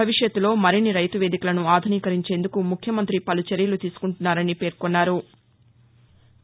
భవిష్యత్తులో మరిన్ని రైతు వేదికలను ఆధునీకరించేందుకు ముఖ్యమంతి పలు చర్యలు తీసుకుంటున్నారని తెలిపారు